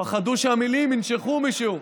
פחדו שהמילים ינשכו מישהו.